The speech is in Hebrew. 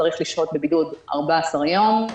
צריך לשהות בבידוד 14 יום.